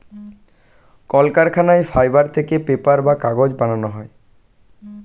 কলকারখানায় ফাইবার থেকে পেপার বা কাগজ বানানো হয়